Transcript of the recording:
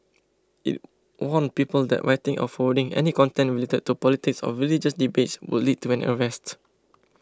it warned people that writing or forwarding any content related to politics or religious debates would lead to an arrest